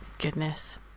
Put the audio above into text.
goodness